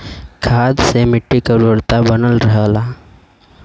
खाद से मट्टी क उर्वरता बनल रहला